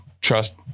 trust